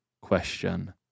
question